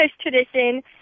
tradition